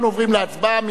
אנחנו עוברים להצבעה.